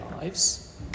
lives